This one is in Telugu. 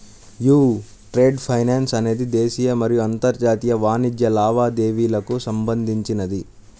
యీ ట్రేడ్ ఫైనాన్స్ అనేది దేశీయ మరియు అంతర్జాతీయ వాణిజ్య లావాదేవీలకు సంబంధించినది